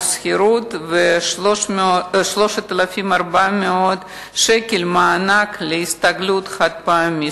שכירות ו-3,400 שקלים מענק הסתגלות חד-פעמי.